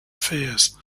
affairs